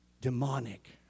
Demonic